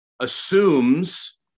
assumes